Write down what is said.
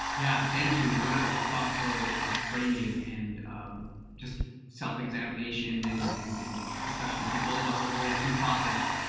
yeah, thank you. what a thoughtful framing and just self-examination and and and discussion. i think all of us are always in process.